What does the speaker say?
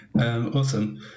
Awesome